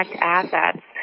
assets